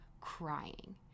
crying